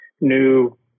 new